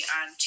on